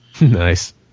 Nice